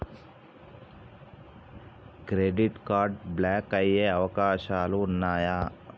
Credit card block అయ్యే అవకాశాలు ఉన్నయా?